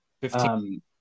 Fifteen